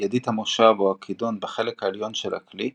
המושב או הכידון בחלק העליון של הכלי,